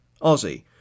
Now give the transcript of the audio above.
Aussie